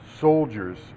soldiers